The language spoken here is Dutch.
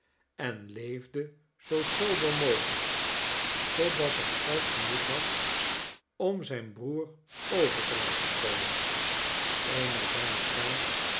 en leefde zoo sober mogelyk totdat hij geld genoeg had om zijn broer over te laten komen eenmaal bij elkaar